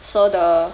so the